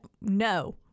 no